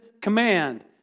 command